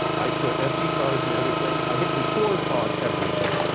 i put sd cards in everything. i hit record on everything.